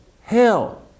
hell